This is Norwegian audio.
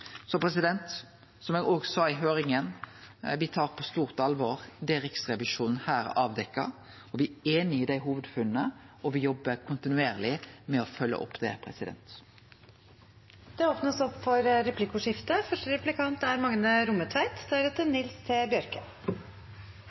Som eg òg sa i høyringa, tar eg på stort alvor det Riksrevisjonen har avdekt. Vi er einig i hovudfunna, og vi jobbar kontinuerleg med å følgje det opp. Det